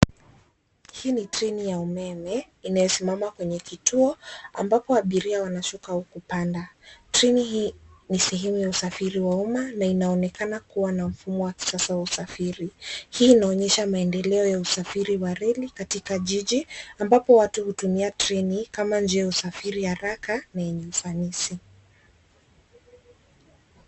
Hii ni treni ya umeme inayosimama kwenye kituo ambapo abiria wanashuka au kupanda. Treni hii ni sehemu ya usafiri wa umma na inaonekana kuwa na mfumo wa kisasa wa usafiri. Hii inaonyesha maendeleo ya usafiri wa reli katika jiji ambapo watu hutumia treni kama njia ya usafiri haraka ni yenye ufanisi.